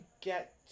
get